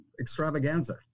extravaganza